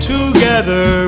Together